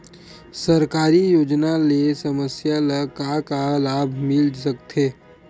सरकारी योजना ले समस्या ल का का लाभ मिल सकते?